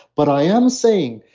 but i am saying,